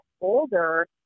older